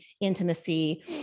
intimacy